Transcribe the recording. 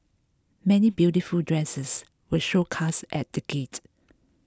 many beautiful dresses were showcased at the gate